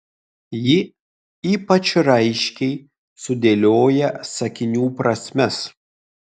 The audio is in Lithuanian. ji ypač raiškiai sudėlioja sakinių prasmes